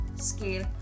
scale